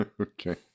Okay